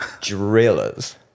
drillers